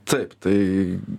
taip tai